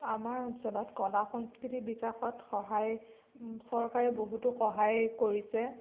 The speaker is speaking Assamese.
আমা অঞ্চলত কলা সংস্কৃতি বিকাশত সহায় চৰকাৰে বহুতো সহায় কৰিছে আজিকালি